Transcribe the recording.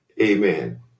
Amen